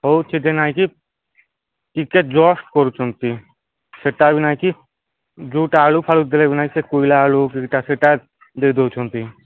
ହଉ ଚିକେନ୍ ଆସିଛି ଟିକେ ଜଷ୍ଟ୍ କରୁଛନ୍ତି ସେଟା ବି ନାଇଁ କି ଯୋଉଟା ଆଳୁ ଫାଳୁ ନାଇଁ ସେ କୋଇଲା ଆଳୁ ସେଟା ଦେଇ ଦେଉଛନ୍ତି